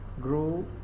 grow